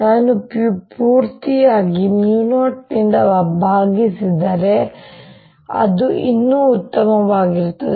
ನಾನು ಪೂರ್ತಿಯಾಗಿ 0 ನಿಂದ ಭಾಗಿಸಿದರೆ ಅದು ಇನ್ನೂ ಉತ್ತಮವಾಗಿರುತ್ತದೆ